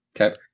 okay